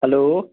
hello